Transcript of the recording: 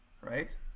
right